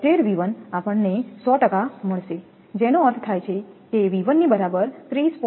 276V1 આપણને 100 મળશે જેનો અર્થ થાય છે V1 ની બરાબર 30